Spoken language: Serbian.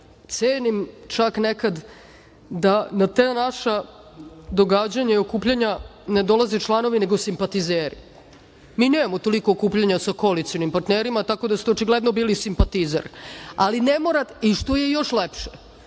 cenim, čak nekad da na ta naša događanja i okupljanja ne dolaze članovi nego simpatizeri. Mi nemamo toliko okupljanja sa koalicionim partnerima, tako da ste očigledno bili simpatizer, što je još lepše,